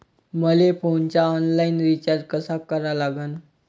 मले फोनचा online recharge कसा करा लागन?